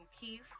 keef